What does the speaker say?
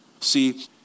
See